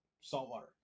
saltwater